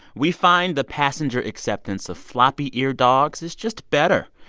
we find the passenger acceptance of floppy ear dogs is just better.